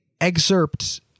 excerpt